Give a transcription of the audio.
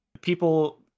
people